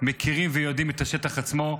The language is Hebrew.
מכירים ויודעים את השטח עצמו,